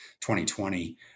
2020